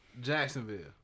Jacksonville